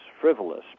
frivolous